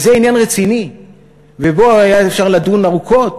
וזה עניין רציני ובו היה אפשר לדון ארוכות,